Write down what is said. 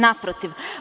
Naprotiv.